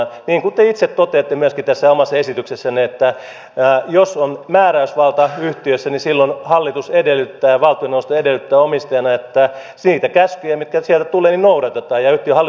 niin kuin te itsekin toteatte tässä omassa esityksessänne jos on määräysvalta yhtiössä niin silloin valtioneuvosto edellyttää omistajana että niitä käskyjä mitkä sieltä tulevat noudatetaan ja yhtiön hallitus toteuttaa